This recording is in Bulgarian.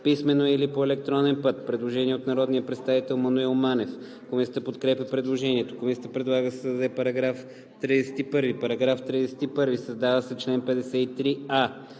„писмено или по електронен път“.“ Предложение на народния представител Маноил Манев. Комисията подкрепя предложението. Комисията предлага да се създаде § 31: „§ 31. Създава се чл. 53а: